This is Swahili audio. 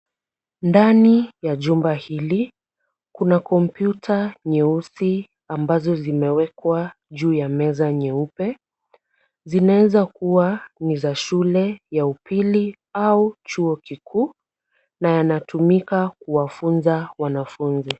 Ndani ya jumba hili kuna kompyuta nyeusi ambazo zimewekwa juu ya meza nyeupe. Zinaweza kuwa ni za shule ya upili au chuo kikuu na yanatumika kuwafunza wanafunzi.